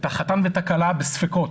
את החתן ואת הכלה בספיקות,